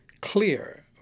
clear